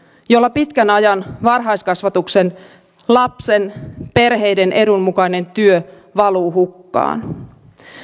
jolla pitkän ajan varhaiskasvatuksen lapsen perheiden edun mukainen työ valuu hukkaan